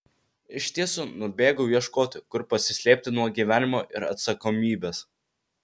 iš tiesų nubėgau ieškoti kur pasislėpti nuo gyvenimo ir atsakomybės